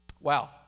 Wow